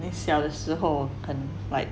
你小时候很 like